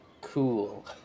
Cool